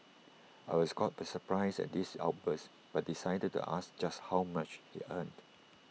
I was caught by surprise at his outburst but decided to ask just how much he earned